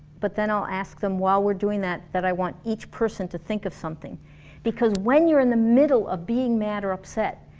but then i'll ask them while we're doing that, that i want each person to think of something because when you're in the middle of being mad or upset,